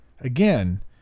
again